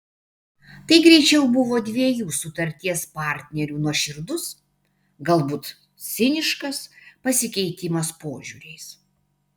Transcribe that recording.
tai greičiau buvo dviejų sutarties partnerių nuoširdus galbūt ciniškas pasikeitimas požiūriais